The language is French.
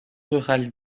rural